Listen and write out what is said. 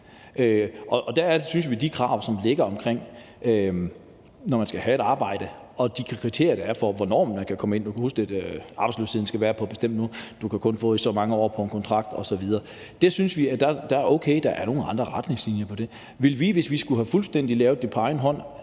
tage et arbejde. Med de krav, som ligger der, i forhold til at man skal have et arbejde, og de kriterier, der er, for, hvornår man kan komme ind – arbejdsløsheden skal være på et bestemt niveau, du kan kun få så mange år på en kontrakt osv. – synes vi, det er okay, at der er nogle andre retningslinjer for det. Ville vi, hvis vi skulle have lavet det fuldstændig på egen hånd,